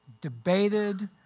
debated